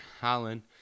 Holland